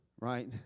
right